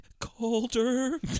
colder